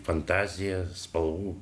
fantazija spalvų